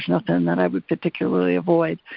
nothing that i would particularly avoid.